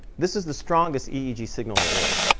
this is the strongest eeg signal there is.